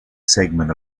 segment